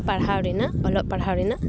ᱯᱟᱲᱦᱟᱣ ᱨᱮᱱᱟᱜ ᱚᱞᱚᱜ ᱯᱟᱲᱦᱟᱣ ᱨᱮᱱᱟᱜ